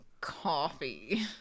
coffee